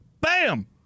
bam